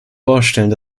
vorstellen